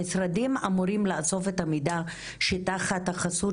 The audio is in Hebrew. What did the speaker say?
המשרדים אמורים לאסוף את המידע שתחת החסות